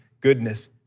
goodness